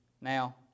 Now